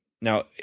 Now